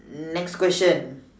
next question